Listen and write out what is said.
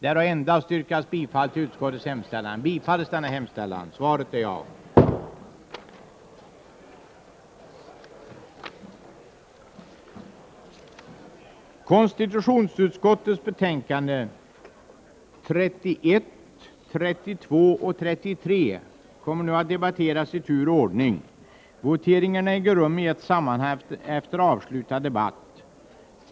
Socialutskottets betänkanden 16 och 24 kommer nu att debatteras i tur och ordning. Voteringarna kommer att äga rum i ett sammanhang efter avslutad debatt.